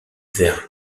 vers